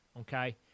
okay